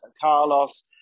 Carlos